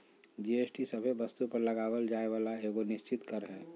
GST सभे वस्तु पर लगावल जाय वाला एगो निश्चित कर हय